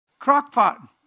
Crockpot